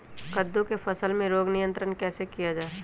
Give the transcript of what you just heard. कददु की फसल में रोग नियंत्रण कैसे किया जाए?